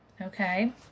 Okay